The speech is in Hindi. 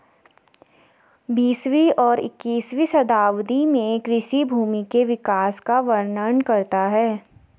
बीसवीं और इक्कीसवीं शताब्दी में कृषि भूमि के विकास का वर्णन करता है